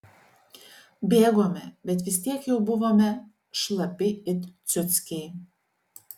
bėgome bet vis tiek jau buvome šlapi it ciuckiai